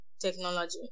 technology